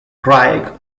craig